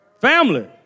Family